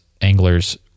anglers